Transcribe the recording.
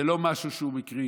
זה לא משהו שהוא מקרי.